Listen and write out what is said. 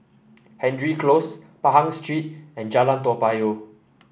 Hendry Close Pahang Street and Jalan Toa Payoh